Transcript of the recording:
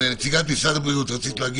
נציגת משרד הבריאות.